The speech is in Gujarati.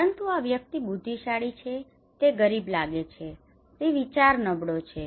પરંતુ આ વ્યક્તિ બુદ્ધિશાળી છે કે તે ગરીબ લાગે છે તે વિચાર નબળો છે